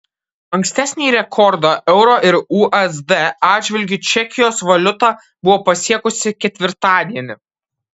ankstesnį rekordą euro ir usd atžvilgiu čekijos valiuta buvo pasiekusi ketvirtadienį